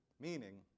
Meaning